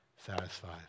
Satisfied